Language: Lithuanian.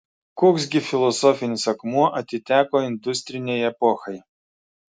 koks gi filosofinis akmuo atiteko industrinei epochai